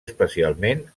especialment